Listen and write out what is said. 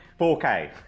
4K